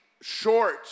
short